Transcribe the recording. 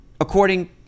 According